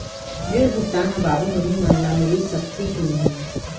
ऋण भुगतान ह बाबू नोनी मन ला मिलिस सकथे की नहीं?